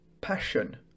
passion